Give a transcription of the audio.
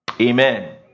Amen